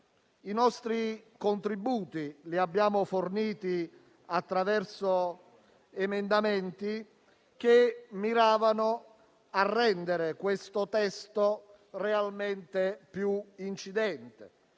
I nostri contributi li abbiamo forniti attraverso emendamenti che miravano a rendere questo testo realmente più incidente: